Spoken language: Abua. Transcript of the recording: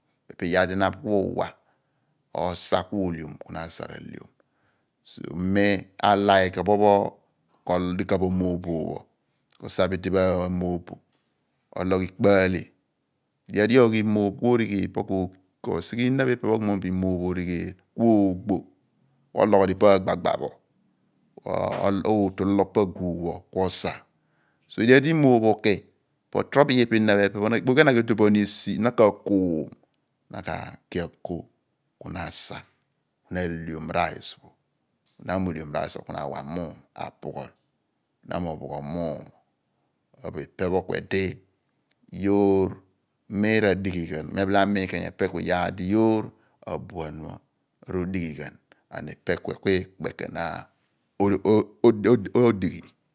Epe pho iyaar di na ku awa ku na asa bo ahleom ku mi a like opopho odika bo mooboph pho osa bi idi pho amo oboph ologh ikpo ahle edighi iyaar di oyhi imooph po ko sighe ihna pho oghi bo imooph pho ku onghal bo ku oogbo ku ologh ph pa agba gba ku otol ologh pa aguugh pho ku osah ku edighi iyaar di imooph u/ki po torobo ihna pho ipe ikpoki ana k'etue bo eko ku na ka ki ako ku na asa ku ahleom ku na m'ohleom rice pho ku na wa muum apughol na m'opugol muum ku ka bo ipe ku edi mi radighi ghan ku pe ke ku ikpe keeni odighi